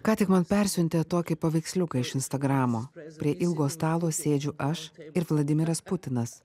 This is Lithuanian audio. ką tik man persiuntė tokį paveiksliuką iš instagramo prie ilgo stalo sėdžiu aš ir vladimiras putinas